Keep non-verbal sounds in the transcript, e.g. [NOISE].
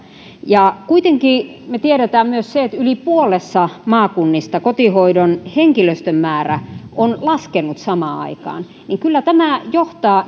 ja kuitenkin me tiedämme myös sen että yli puolessa maakunnista kotihoidon henkilöstön määrä on laskenut samaan aikaan joten kyllä tämä johtaa [UNINTELLIGIBLE]